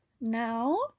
now